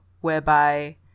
whereby